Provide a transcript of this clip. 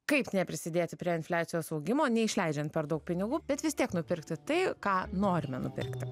kaip neprisidėti prie infliacijos augimo neišleidžiant per daug pinigų bet vis tiek nupirkti tai ką norime nupirkti